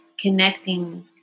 connecting